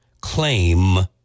claim